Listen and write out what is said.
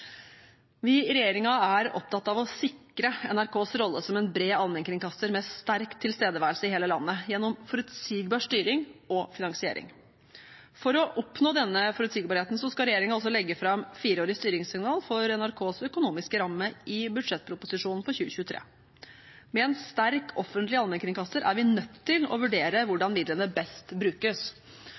Vi i regjeringen er opptatt av å sikre NRKs rolle som en bred allmennkringkaster med sterk tilstedeværelse i hele landet, gjennom forutsigbar styring og finansiering. For å oppnå denne forutsigbarheten skal regjeringen altså legge fram fireårige styringssignal for NRKs økonomiske ramme i budsjettproposisjonen for 2023. Med en sterk, offentlig allmennkringkaster er vi nødt til å vurdere hvordan midlene best brukes.